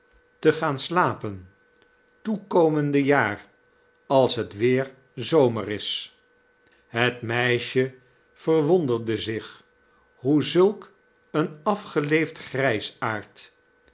te gaan slapen toekomende jaar als het weer zomer is het meisje verwonderde zich hoe zulk een afgeleefd